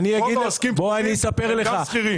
רוב העוסקים הפטורים הם גם שכירים.